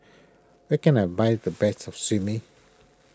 where can I buy the best Sashimi